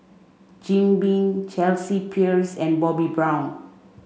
Jim Beam Chelsea Peers and Bobbi Brown